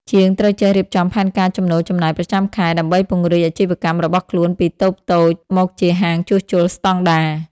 ជាងត្រូវចេះរៀបចំផែនការចំណូលចំណាយប្រចាំខែ ដើម្បីពង្រីកអាជីវកម្មរបស់ខ្លួនពីតូបតូចមកជាហាងជួសជុលស្តង់ដារ។